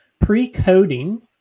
pre-coding